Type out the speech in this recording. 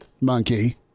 Monkey